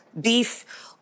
beef